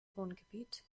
wohngebiet